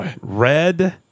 Red